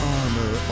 armor